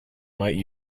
might